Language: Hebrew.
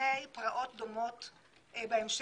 מפני פרעות דומות בהמשך?